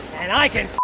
and i can